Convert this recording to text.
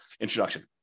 introduction